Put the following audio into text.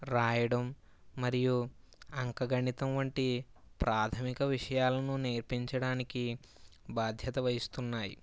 రాయడం మరియు అంకగణితం వంటి ప్రాథమిక విషయలను నేర్పించడానికి బాధ్యత వహిస్తున్నాయి